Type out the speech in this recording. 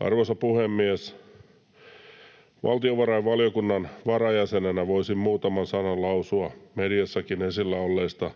Arvoisa puhemies! Valtiovarainvaliokunnan varajäsenenä voisin muutaman sanan lausua mediassakin esillä olleista